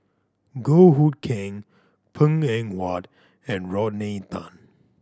Goh Hood Keng Png Eng Huat and Rodney Tan